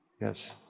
Yes